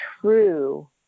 true